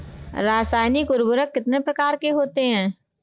रासायनिक उर्वरक कितने प्रकार के होते हैं?